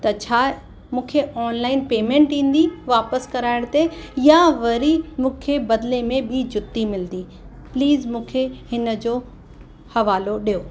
त छा मूंखे ऑनलाइन पेमेंट ईंदी वापस करायण ते या वरी मूंखे बदिले में ॿी जुती मिलदी प्लीज़ मूंखे हिन जो हवालो ॾियो